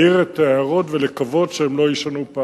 להעיר את ההערות ולקוות שהם לא יישנו.